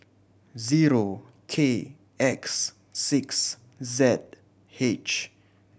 zero K X six Z H